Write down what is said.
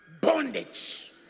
bondage